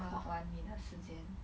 clock 完你的时间